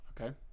Okay